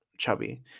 chubby